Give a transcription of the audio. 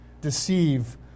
deceive